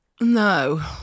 No